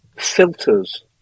filters